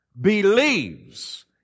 believes